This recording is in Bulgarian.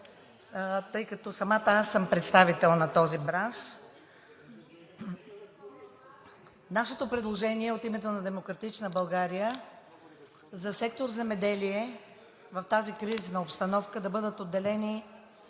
тъй като сама аз съм представител на този бранш. Нашето предложение от името на „Демократична България“ за сектор „Земеделие“ в тази кризисна обстановка е да бъдат отделени